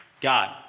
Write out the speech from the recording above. God